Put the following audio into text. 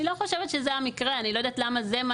אני לא חושבת שזה המקרה, אני לא יודעת למה זה מה